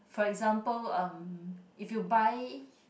for example um if you buy